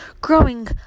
growing